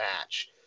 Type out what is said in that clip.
match